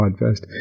podfest